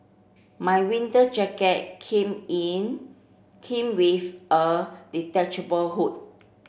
my winter jacket came in came with a detachable hood